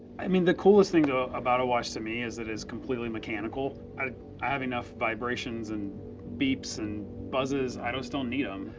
i mean the coolest thing to about a watch to me is it is completely mechanical. i have enough vibrations and beeps and buzzes. i just don't need them.